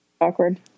awkward